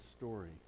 story